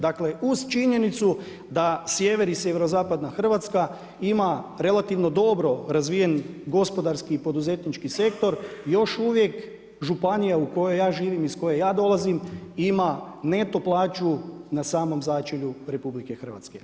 Dakle, uz činjenicu da sjever i sjeverozapadna Hrvatska ima relativno dobro razvijen gospodarski i poduzetnički sektor još uvijek županija u kojoj ja živim iz koje ja dolazim ima neto plaću na samom začelju RH.